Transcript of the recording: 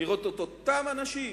לראות את אותם אנשים